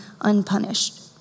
unpunished